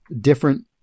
different